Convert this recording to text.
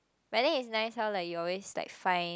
but then it's nice how like you always like find